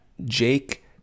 Jake